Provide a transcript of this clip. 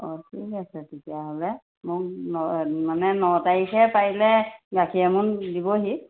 অঁ ঠিক আছে তেতিয়াহ'লে মোক মানে ন তাৰিখে পাৰিলে গাখীৰ এমোন দিবহি